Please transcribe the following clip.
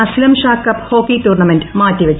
Aslamshah cup hockey tournament മാറ്റിവച്ചു